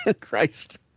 christ